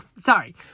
sorry